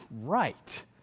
right